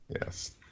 Yes